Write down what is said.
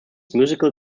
musical